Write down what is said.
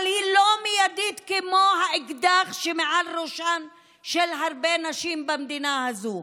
אבל היא לא מיידית כמו האקדח שמעל ראשן של הרבה נשים במדינה הזו.